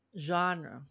Genre